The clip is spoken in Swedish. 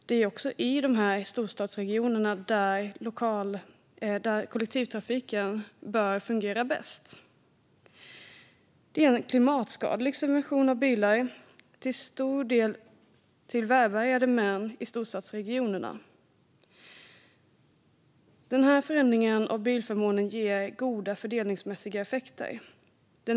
Det är också i de här storstadsregionerna som kollektivtrafiken bör fungera bäst. Det här är en klimatskadlig subvention av bilar till i stor del välbärgade män i storstadsregionerna. Förändringen av bilförmånen som föreslås ger goda fördelningsmässiga effekter.